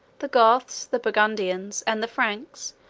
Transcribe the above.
the goths, the burgundians, and the franks,